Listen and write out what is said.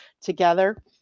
together